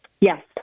Yes